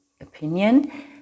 opinion